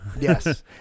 Yes